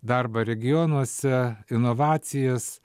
darbą regionuose inovacijas